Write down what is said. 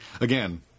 Again